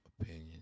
opinion